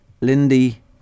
Lindy